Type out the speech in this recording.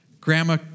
Grandma